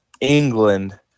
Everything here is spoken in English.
England